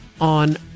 on